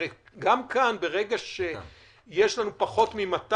הרי ברגע שיש לנו פחות מ-200,